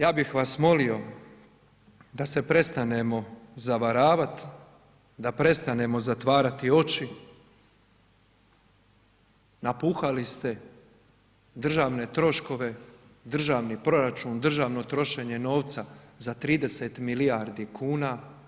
Ja bih vas molio da se prestanemo zavaravat da prestanemo zatvarati oči, napuhali ste državne troškove, državni proračun, državno trošenje novca za 30 milijardi kuna.